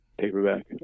paperback